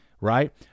right